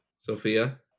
Sophia